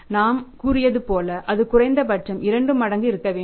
நாம் கூறியது போல அது குறைந்தபட்சம் 2 மடங்கு இருக்க வேண்டும்